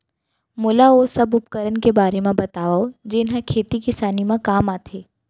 मोला ओ सब उपकरण के बारे म बतावव जेन ह खेती किसानी म काम आथे?